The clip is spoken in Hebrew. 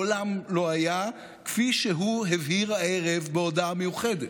מעולם לא היה, כפי שהוא הבהיר הערב בהודעה מיוחדת.